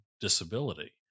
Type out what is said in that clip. disability